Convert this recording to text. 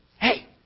Hey